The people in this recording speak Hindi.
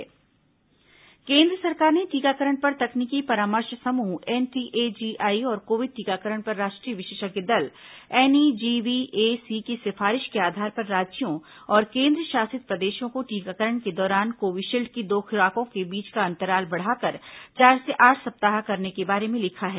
केन्द्र कोविशील्ड केंद्र सरकार ने टीकाकरण पर तकनीकी परामर्श समूह एनटीएजीआई और कोविड टीकाकरण पर राष्ट्रीय विशेषज्ञ दल एनईजीवीएसी की सिफारिश के आधार पर राज्यों और केन्द्रशासित प्रदेशों को टीकाकरण के दौरान कोविशील्ड की दो खुराकों के बीच का अंतराल बढ़ाकर चार से आठ सप्ताह करने के बारे में लिखा है